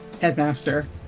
headmaster